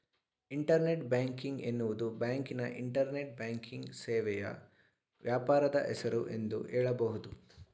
internet banking ಎನ್ನುವುದು ಬ್ಯಾಂಕಿನ internet banking ಸೇವೆಯ ವ್ಯಾಪಾರದ ಹೆಸರು ಎಂದು ಹೇಳಬಹುದು